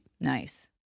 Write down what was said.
Nice